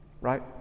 Right